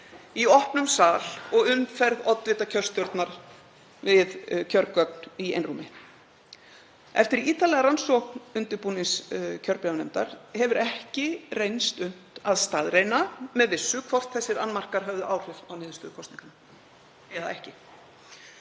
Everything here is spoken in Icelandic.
í opnum sal og umferð oddvita kjörstjórnar við kjörgögn í einrúmi. Eftir ítarlega rannsókn undirbúningskjörbréfanefndar hefur ekki reynst unnt að staðreyna með vissu hvort þessir annmarkar höfðu áhrif á niðurstöðu kosninganna eða ekki.